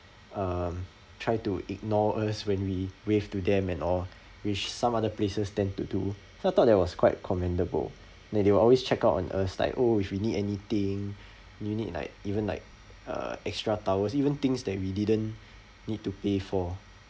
um try to ignore us when we wave to them and all which some other places tend to do so I thought that was quite commendable they they will always check out on us like oh if we need anything we need like even like uh extra towels even things that we didn't need to pay for